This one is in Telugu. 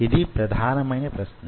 ఇది ప్రధానమైన ప్రశ్న